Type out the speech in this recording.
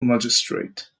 magistrate